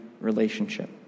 relationship